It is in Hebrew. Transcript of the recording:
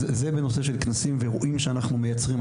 אז זה בנושא קנסים ואירועים שאנחנו מייצרים.